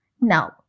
Now